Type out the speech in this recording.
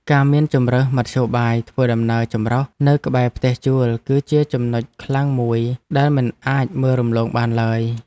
ការមានជម្រើសមធ្យោបាយធ្វើដំណើរចម្រុះនៅក្បែរផ្ទះជួលគឺជាចំណុចខ្លាំងមួយដែលមិនអាចមើលរំលងបានឡើយ។